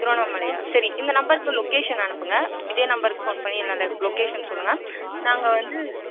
திருவண்ணாமலையா சரி இந்த நம்பருக்கு லொகேஷன் அனுப்புங்கள் இதே நம்பருக்கு ஃபோன் பண்ணி என்னாண்ட லொகேஷன் சொல்லுங்கள் நாங்கள் வந்து